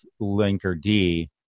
Linkerd